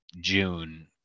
June